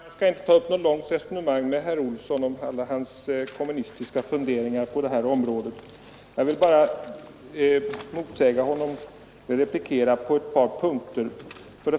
Herr talman! Jag skall inte ta upp något långt resonemang med herr Olsson i Stockholm om hans kommunistiska funderingar på detta område. Jag vill bara replikera på ett par punkter.